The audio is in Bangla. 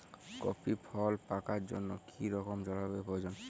কফি ফল পাকার জন্য কী রকম জলবায়ু প্রয়োজন?